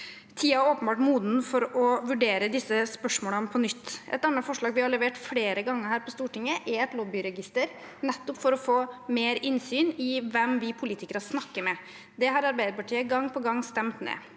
Tiden er åpenbart moden for å vurdere disse spørsmålene på nytt. Et annet forslag vi har levert flere ganger her på Stortinget, er et lobbyregister, nettopp for å få mer innsyn i hvem vi politikere snakker med. Det har Arbeiderpartiet gang på gang stemt ned.